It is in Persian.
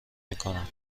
میکند